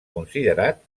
considerat